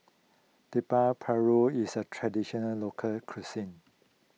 Paru is a Traditional Local Cuisine